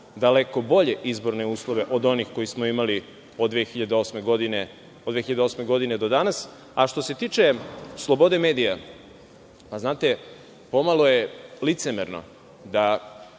daleko bolje izborne uslove od onih koje smo imali od 2008. godine do danas. Što se tiče slobode medija, znate, pomalo je licemerno da